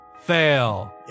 fail